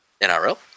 NRL